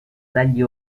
dagli